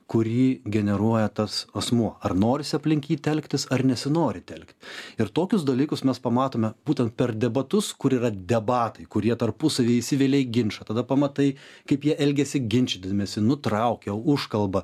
kurį generuoja tas asmuo ar norisi aplink jį telktis ar nesinori telkti ir tokius dalykus mes pamatome būtent per debatus kur yra debatai kurie tarpusavy įsivelia į ginčą tada pamatai kaip jie elgiasi ginčydamiesi nutraukia užkalba